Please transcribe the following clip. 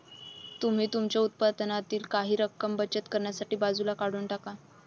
तुम्ही तुमच्या उत्पन्नातील काही रक्कम बचत करण्यासाठी बाजूला काढून टाका